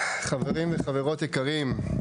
חברים וחברות יקרים,